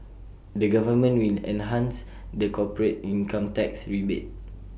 the government will enhance the corporate income tax rebate